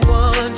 one